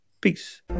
Peace